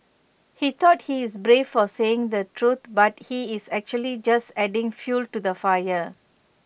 he thought he's brave for saying the truth but he's actually just adding fuel to the fire